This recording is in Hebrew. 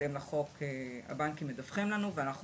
בהתאם לחוק הבנקים מדווחים לנו ואנחנו